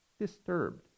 disturbed